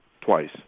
twice